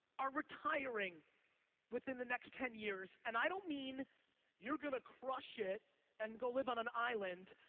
are retiring within the next ten years? and i don't mean you're gonna crush it and go live on an island.